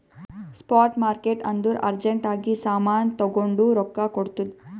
spot market ಅಂದುರ್ urgent ಆಗಿ ಸಾಮಾನ್ ತಗೊಂಡು ರೊಕ್ಕಾ ಕೊಡ್ತುದ್